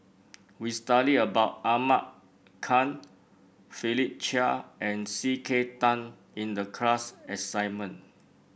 we study about Ahmad Khan Philip Chia and C K Tang in the class assignment